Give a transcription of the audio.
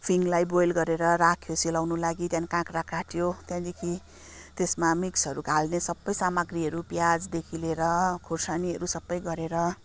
फिङलाई boil गरेर राख्यो सेलाउनु लागि त्यहाँदेखि काक्रा काट्यो त्यहाँदेखि त्यसमा मिक्सहरू हाल्ने सबै सामग्रीहरू प्याजदेखि खोर्सानीहरू सबै गरेर